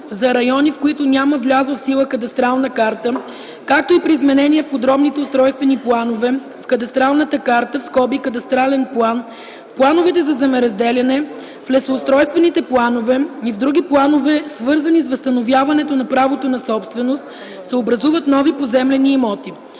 за райони, в които няма влязла в сила кадастрална карта, както и при изменение в подробните устройствени планове, в кадастралната карта (кадастрален план), в плановете за земеразделяне, в лесоустройствените планове и в други планове, свързани с възстановяването на правото на собственост, се образуват нови поземлени имоти,